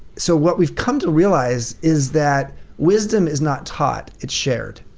so what we've come to realize, is that wisdom is not taught, it's shared.